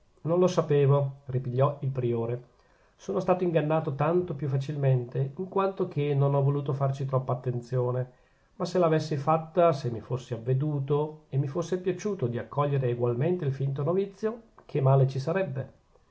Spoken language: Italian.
non lo sapevo ripigliò il priore sono stato ingannato tanto più facilmente in quanto che non ho voluto farci troppa attenzione ma se l'avessi fatta se mi fossi avveduto e mi fosse piaciuto di accogliere egualmente il finto novizio che male ci sarebbe